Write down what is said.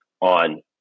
on